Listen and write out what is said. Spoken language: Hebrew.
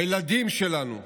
הילדים שלנו,